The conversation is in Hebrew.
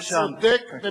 אתה צודק,